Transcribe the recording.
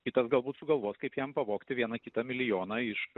kitas galbūt sugalvos kaip jam pavogti vieną kitą milijoną iš